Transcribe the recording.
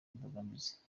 imbogamizi